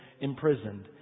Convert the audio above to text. imprisoned